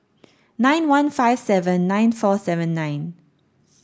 nine one five seven nine four seven nine